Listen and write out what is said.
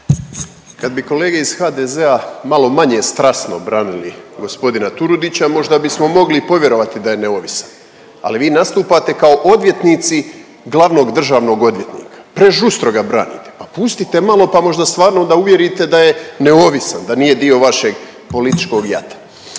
Kad bi kolege iz HDZ-a malo manje strasno branili g. Turudića možda bismo mogli povjerovati da je neovisan, ali vi nastupate kao odvjetnici glavnog državnog odvjetnika, prežustro ga branite. Pa pustite malo pa možda stvarno onda uvjerite da je neovisan, da nije dio vašeg političkog jata.